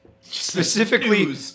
specifically